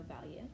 value